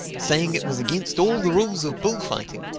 saying it was against all the rules of bullfighting.